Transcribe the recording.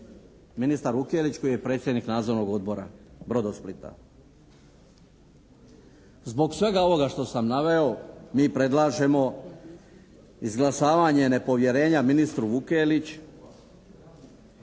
ministar Vukelić koji je predsjednik Nadzornog odbora Brodosplita. Zbog svega ovoga što sam naveo mi predlažemo izglasavanje nepovjerenja ministru Vukelić